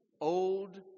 old